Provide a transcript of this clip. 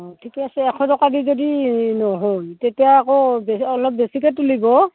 অ ঠিকে আছে এশ টকা দি যদি নহয় তেতিয়া আকৌ বে অলপ বেছিকৈ তুলিব